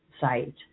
site